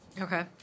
Okay